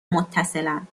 متصلم